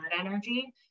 energy